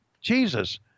Jesus